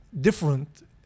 different